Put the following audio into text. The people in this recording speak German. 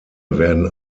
werden